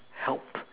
helped